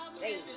Hey